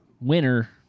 winner